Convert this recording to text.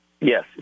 Yes